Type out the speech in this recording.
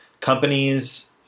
companies